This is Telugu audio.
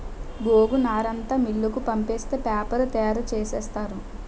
గోగునారంతా మిల్లుకు పంపితే పేపరు తయారు సేసేత్తారు